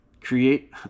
create